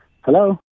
Hello